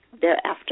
thereafter